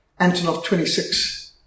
Antonov-26